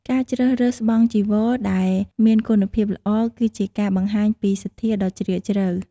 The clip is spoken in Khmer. ការជ្រើសរើសស្បង់ចីវរដែលមានគុណភាពល្អ គឺជាការបង្ហាញពីសទ្ធាដ៏ជ្រាលជ្រៅ។